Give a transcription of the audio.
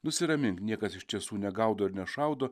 nusiramink niekas iš tiesų negaudo nešaudo